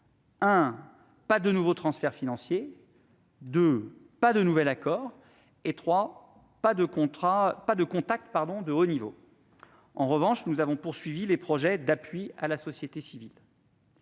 : pas de nouveaux transferts financiers ; pas de nouvel accord ; pas de contact de haut niveau. En revanche, nous avons poursuivi les projets d'appui à la société civile.